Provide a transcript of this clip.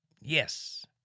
Yes